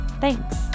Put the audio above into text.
thanks